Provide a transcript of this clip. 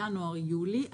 הנתונים על ינואר יולי,